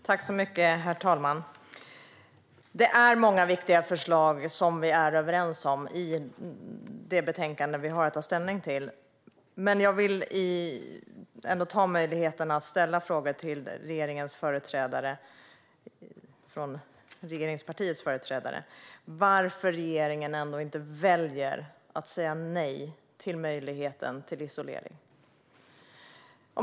Herr talman! Vi är överens om många viktiga förslag i det betänkande som vi ska ta ställning till, men jag vill ändå ställa frågor till regeringspartiets företrädare: Varför väljer regeringen ändå att inte säga nej till isolering?